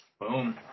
Boom